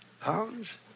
Pounds